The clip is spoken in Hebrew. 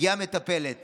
הגיעה מטפלת